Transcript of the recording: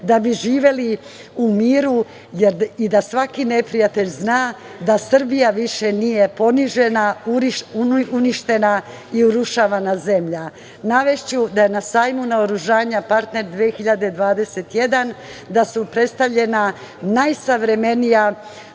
da bi živeli u miru, i da svaki neprijatelj zna da Srbija više nije ponižena, uništena i urušavana zemlja. Navešću da na Sajmu naoružanja „Partner 2021.“, da su predstavljena najsavremenija